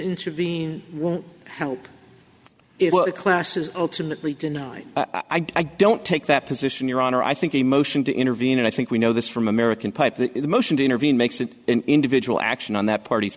intervene won't help if classes ultimately denied i don't take that position your honor i think a motion to intervene and i think we know this from american pipe that the motion to intervene makes it an individual action on that part